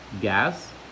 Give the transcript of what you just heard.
gas